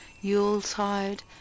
yuletide